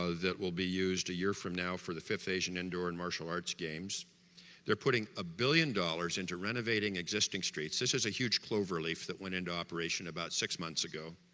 ah that will be used a year from now for the fifth asian indoor and martial arts games they're putting a billion dollars into renovating existing streets this is a huge clover-leaf that went into operation about six months ago